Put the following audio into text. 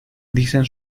dicen